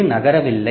இது நகரவில்லை